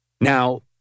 Now